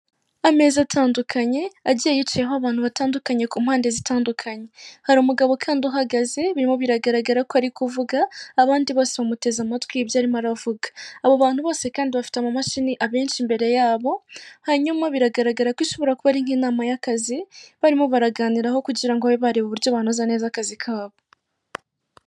Ameza atandukanye agiye yicayeho abantu batandukanye ku mpande zitandukanye, hari umugabo kandi uhagaze bimo biragaragara ko ari kuvuga abandi bose bamuteze amatwi ibyo arimo aravuga, abo bantu bose kandi bafite amamashini abenshi imbere yabo hanyuma biragaragara ko ishobora kuba ari nk'inama y'akazi barimo baraganiraho kugirabe barebe uburyo banoza neza akazi kabo.